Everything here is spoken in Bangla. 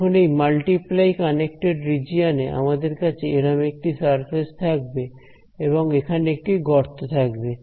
এখন এই মাল্টিপ্লাই কানেক্টেড রিজিওন এ আমাদের কাছে এরম একটি সারফেস থাকবে এবং এখানে একটি গর্ত থাকবে